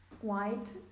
white